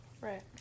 Right